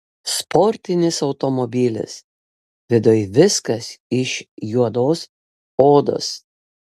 sportinis automobilis viduj viskas iš juodos odos